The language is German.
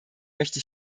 möchte